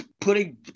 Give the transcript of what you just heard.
putting